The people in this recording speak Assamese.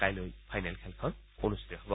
কাইলৈ ফাইনেল খেলখন অনুষ্ঠিত হব